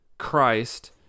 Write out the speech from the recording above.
Christ